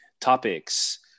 topics